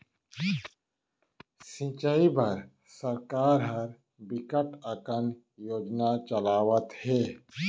सिंचई बर सरकार ह बिकट अकन योजना चलावत हे